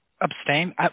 Abstain